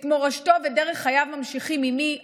את מורשתו ודרך חייו ממשיכים אימי,